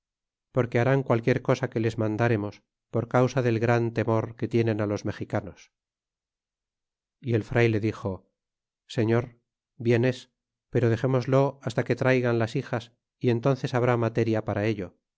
porque harán qualquier cosa que les mandaremos por causa del gran temor que tienen á los mexicanos y el frayle dixo sefior bien es pero dexémoslo hasta que traigan las hijas y entánces habrá materia para ello